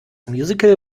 musical